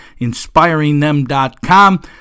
inspiringthem.com